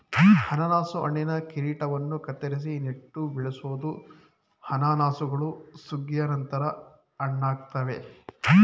ಅನನಾಸು ಹಣ್ಣಿನ ಕಿರೀಟವನ್ನು ಕತ್ತರಿಸಿ ನೆಟ್ಟು ಬೆಳೆಸ್ಬೋದು ಅನಾನಸುಗಳು ಸುಗ್ಗಿಯ ನಂತರ ಹಣ್ಣಾಗ್ತವೆ